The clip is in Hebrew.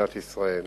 בטבת התש"ע (23 בדצמבר 2009):